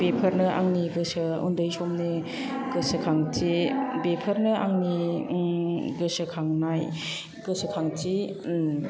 बेफोरनो आंनि गोसो उन्दै समनि गोसोखांथि बेफोरनो आंनि गोसोखांनाय गोसोखांथि